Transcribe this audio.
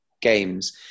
games